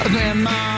Grandma